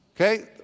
okay